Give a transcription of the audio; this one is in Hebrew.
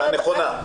הנכונה.